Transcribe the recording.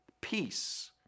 peace